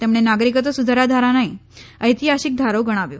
તેમણે નાગરિકત્વ સુધારા ધારાને ઐતિહાસિક ધારો ગણાવ્યો